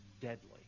deadly